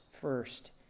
first